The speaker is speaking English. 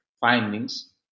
findings